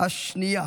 שנייה